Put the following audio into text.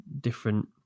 different